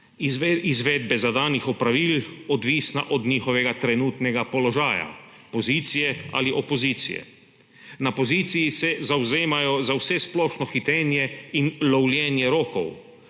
izvedbe zadanih opravil odvisna od njihovega trenutnega položaja: pozicije ali opozicije. Na poziciji se zavzemajo za vsesplošno hitenje in lovljenje rokov,